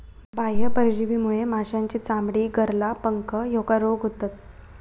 बाह्य परजीवीमुळे माशांची चामडी, गरला, पंख ह्येका रोग होतत